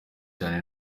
cyane